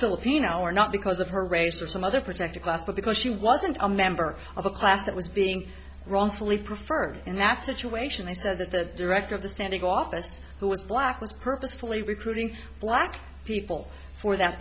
filipino or not because of her race or some other protected class but because she wasn't a member of a class that was being wrongfully preferred in that situation they said that the director of the san diego office who was black was purposefully recruiting black people for that